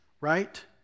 right